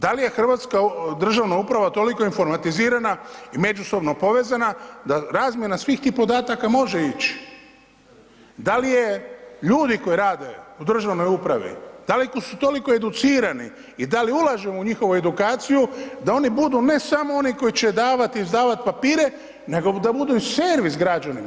Da li hrvatska državna uprava toliko informatizirana i međusobno povezana da razmjena svih tih podataka može ići, da li je ljudi koji rade u državnoj upravi, da li su toliko educirani i da li ulažemo u njihovu edukaciju da oni budu ne samo oni koji će davati, izdavati papire nego da budu i servis građanima.